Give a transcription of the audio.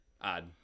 odd